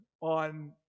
on